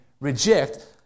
reject